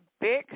big